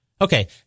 Okay